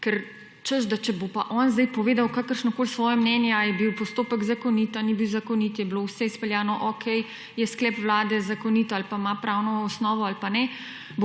da če bo pa on sedaj povedal kakršnokoli svoje mnenje ali je bil postopek zakonit ali ni bil zakonit, je bilo vse izpeljano okej, je sklep vlade zakonit ali pa ima pravno osnovo ali pa ne,